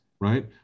right